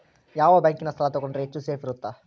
ಯಾವ ಬ್ಯಾಂಕಿನ ಸಾಲ ತಗೊಂಡ್ರೆ ಹೆಚ್ಚು ಸೇಫ್ ಇರುತ್ತಾ?